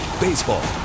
Baseball